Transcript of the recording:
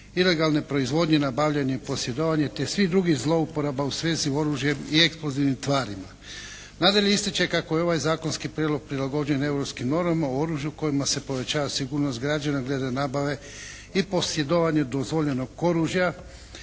ilegalne proizvodnje, nabavljanje i posjedovanje te svih drugih zlouporaba u svezi s oružjem i eksplozivnim tvarima. Nadalje ističe kako je ovaj zakonski prijedlog prilagođen europskim normama o oružju kojim se povećava sigurnost građana glede nabave i posjedovanja dozvoljenog oružja,